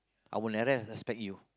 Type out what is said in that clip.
I'll never respect you